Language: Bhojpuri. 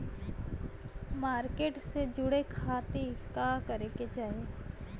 मार्केट से जुड़े खाती का करे के चाही?